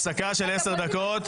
הפסקה של עשר דקות,